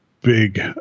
big